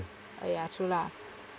!aiya! true lah